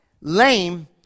lame